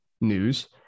news